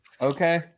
okay